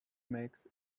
makes